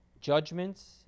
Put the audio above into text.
judgments